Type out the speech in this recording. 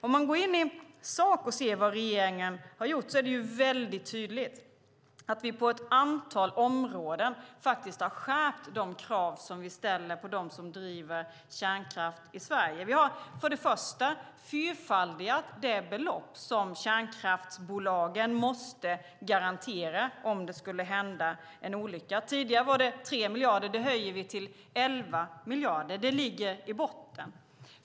Om vi tittar på vad regeringen har gjort är det tydligt att vi på ett antal områden har skärpt de krav som vi ställer på dem som driver kärnkraft i Sverige. Vi har fyrfaldigat det belopp som kärnkraftsbolagen måste garantera om det skulle hända en olycka. Tidigare var det 3 miljarder; det höjer vi till 11 miljarder. Det ligger i botten.